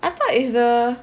I thought is the